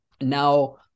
now